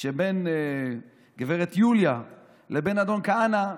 שבין גב' יוליה לבין אדון כהנא,